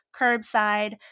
curbside